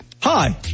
Hi